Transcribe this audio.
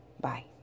Bye